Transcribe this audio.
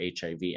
HIV